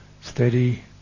steady